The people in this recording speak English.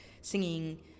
singing